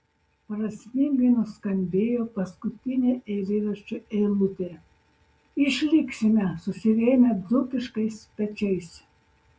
prasmingai nuskambėjo paskutinė eilėraščio eilutė išliksime susirėmę dzūkiškais pečiais